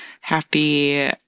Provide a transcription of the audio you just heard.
happy